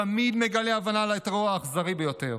תמיד מגלה הבנה לטרור האכזרי ביותר.